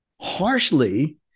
harshly